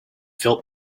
felt